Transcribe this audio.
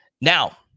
Now